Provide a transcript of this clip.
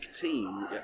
team